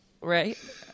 right